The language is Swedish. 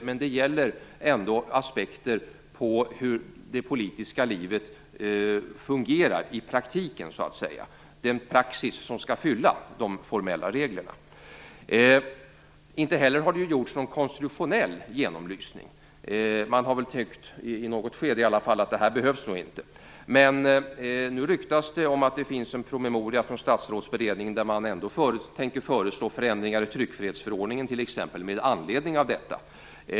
Men det gäller aspekter på hur det politiska livet fungerar i praktiken, på den praxis som skall fylla de formella reglerna. Det har heller inte gjorts någon konstitutionell genomlysning. I något skede har man tyckt att det nog inte behövs. Men nu ryktas det om att det finns en promemoria från statsrådsberedningen där man ändå tänker föreslå förändringar i t.ex. tryckfrihetsförordningen med anledning av detta.